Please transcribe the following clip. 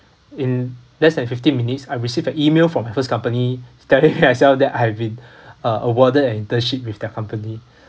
in less than fifteen minutes I received an email from the first company stating myself that I have been uh awarded an internship with their company